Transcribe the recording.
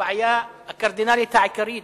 הבעיה הקרדינלית העיקרית